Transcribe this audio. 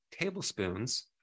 tablespoons